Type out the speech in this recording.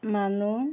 মানুহ